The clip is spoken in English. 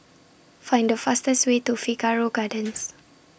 Find The fastest Way to Figaro Gardens